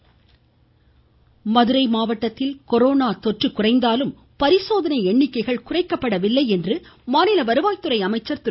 மதுரை அமைச்சர்கள் மதுரை மாவட்டத்தில் கொரோனா தொற்று குறைந்தாலும் பரிசோதனை எண்ணிக்கைள் குறைக்கப்படவில்லை என மாநில வருவாய்த்துறை அமைச்சர் திரு